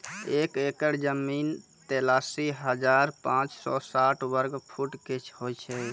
एक एकड़ जमीन, तैंतालीस हजार पांच सौ साठ वर्ग फुटो के होय छै